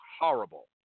horrible